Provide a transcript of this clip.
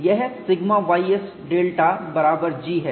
यह σ ys delta बराबर G है